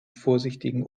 vorsichtigen